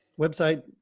website